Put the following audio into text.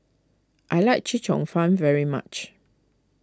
I like Chee Cheong Fun very much